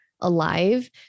alive